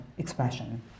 expression